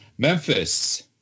Memphis